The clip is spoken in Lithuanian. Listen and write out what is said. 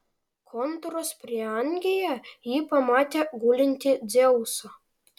kontoros prieangyje ji pamatė gulintį dzeusą